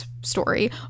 story